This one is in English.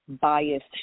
biased